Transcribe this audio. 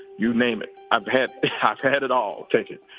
you name it. i've had not had it all. take it.